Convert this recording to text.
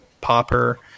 popper